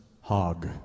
hog